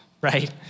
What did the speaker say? right